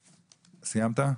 סיימת?